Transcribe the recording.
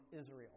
Israel